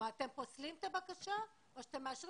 כלומר אתם פוסלים את הבקשה או שאתם מאשרים